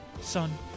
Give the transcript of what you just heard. Son